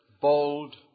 bold